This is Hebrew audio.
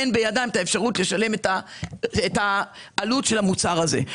אבל אין בידם אפשרות לשלם את העלות של המוצר הזה.